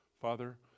Father